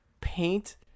paint